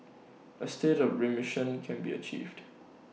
A state of remission can be achieved